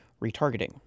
retargeting